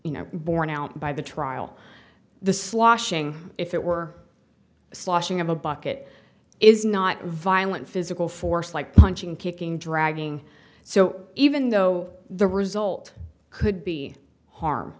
you know borne out by the trial the sloshing if it were sloshing of a bucket is not a violent physical force like punching kicking dragging so even though the result could be harm